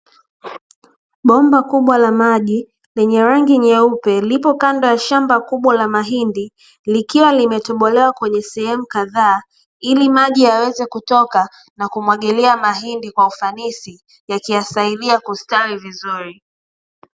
Bomba kubwa la maji lenye rangi nyeupe lipo kando ya shamba kubwa la mahindi, likiwa limetobolewa kwenye sehemu kadhaa ili maji yaweze kutoke na kumwagilia mahindi kwa ufanisi, yakiyasaidia kustawi vizuri.